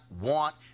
want